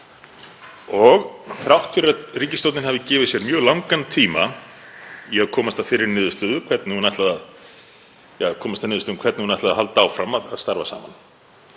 Og þrátt fyrir að ríkisstjórnin hafi gefið sér mjög langan tíma til að komast að þeirri niðurstöðu hvernig hún ætlaði að halda áfram að starfa saman